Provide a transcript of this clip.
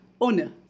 owner